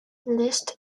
list